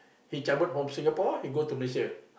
he travelled from Singapore he go to Malaysia